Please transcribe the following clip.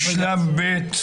בחקירה.